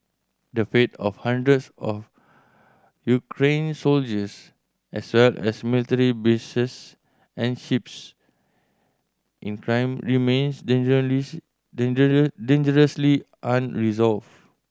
the fate of hundreds of Ukrainian soldiers as well as military bases and ships in Crimea remains dangerously unresolved